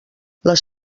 les